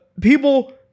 people